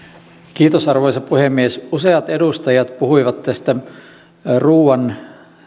kiitos arvoisa puhemies useat edustajat puhuivat tästä ruuan